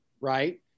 right